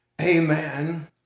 amen